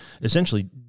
essentially